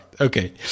Okay